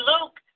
Luke